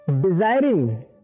desiring